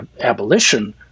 abolition